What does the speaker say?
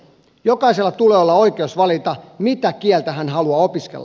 jokaisella tulee olla oikeus valita mitä kieltä hän haluaa opiskella